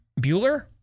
Bueller